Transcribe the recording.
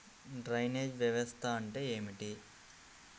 Drainage వ్యవస్థ అంటే ఏమిటి?